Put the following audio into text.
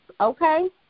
okay